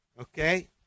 Okay